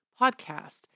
podcast